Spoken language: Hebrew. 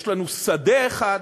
יש לנו שדה אחד